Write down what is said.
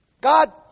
God